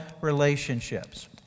relationships